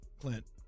Clint